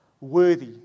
worthy